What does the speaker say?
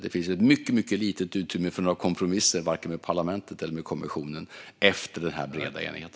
Det finns ett mycket litet utrymme för kompromisser, varken med parlamentet eller med kommissionen, efter denna breda enighet.